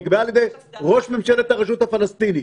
היא נקבעה על ידי ראש ממשלת הרשות הפלסטינית.